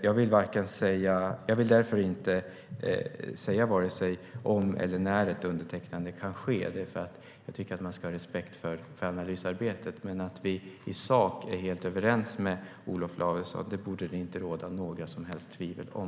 Jag vill inte säga vare sig om eller när ett undertecknande kan ske, för jag tycker att man ska ha respekt för analysarbetet. Men det borde inte råda några som helst tvivel om att vi i sak är helt överens med Olof Lavesson.